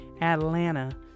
Atlanta